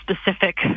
specific